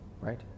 Right